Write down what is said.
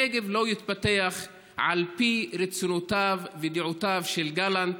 הנגב לא יתפתח על פי רצונותיו ודעותיו של גלנט.